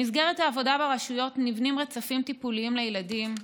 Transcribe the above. במסגרת העבודה ברשויות נבנים רצפים טיפוליים לילדים,